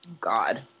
God